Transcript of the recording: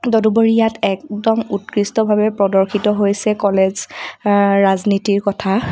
তদুপৰি ইয়াত একদম উৎকৃষ্টভাৱে প্ৰদৰ্শিত হৈছে কলেজ ৰাজনীতিৰ কথা